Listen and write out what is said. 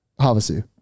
Havasu